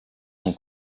son